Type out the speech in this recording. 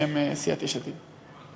בשם סיעת יש עתיד.